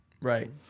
Right